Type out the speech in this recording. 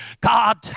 God